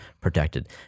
protected